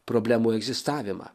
problemų egzistavimą